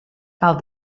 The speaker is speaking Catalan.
cal